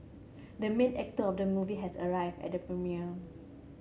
the main actor of the movie has arrived at the premiere